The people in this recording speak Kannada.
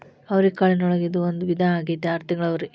ಅವ್ರಿಕಾಳಿನೊಳಗ ಇದು ಒಂದ ವಿಧಾ ಆಗೆತ್ತಿ ಆರ ತಿಂಗಳ ಅವ್ರಿ